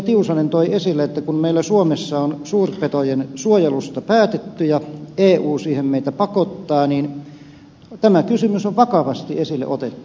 tiusanen toi esille kun meillä suomessa on suurpetojen suojelusta päätetty ja eu siihen meitä pakottaa niin tämä kysymys on vakavasti esille otettu